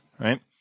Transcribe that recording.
right